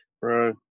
Bro